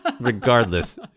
regardless